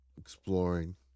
exploring